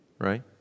Right